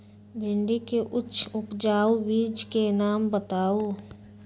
भिंडी के उच्च उपजाऊ बीज के नाम बताऊ?